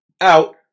out